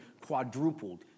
quadrupled